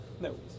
no